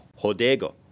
hodego